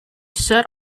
set